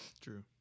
True